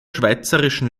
schweizerischen